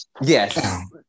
Yes